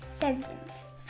sentence